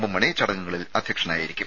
M Mani ചടങ്ങുകളിൽ അധ്യക്ഷനായിരിക്കും